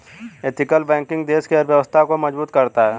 ethical banking देश की अर्थव्यवस्था को मजबूत करता है